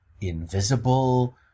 invisible